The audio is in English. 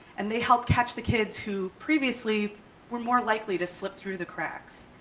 and they help catch the kids who previously were more likely to slip through the cracks.